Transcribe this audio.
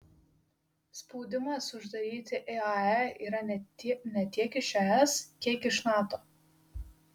spaudimas uždaryti iae yra ne tiek iš es kiek iš nato